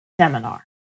seminar